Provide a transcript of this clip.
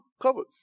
covered